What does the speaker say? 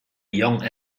young